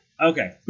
Okay